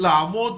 ללמוד